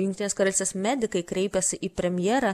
jungtinės karalystės medikai kreipėsi į premjerą